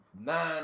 Nine